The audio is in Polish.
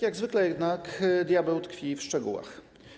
Jak zwykle jednak diabeł tkwi w szczegółach.